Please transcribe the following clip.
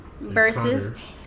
versus